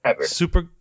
Super